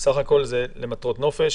הוא למטרות נופש,